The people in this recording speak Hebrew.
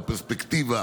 בפרספקטיבה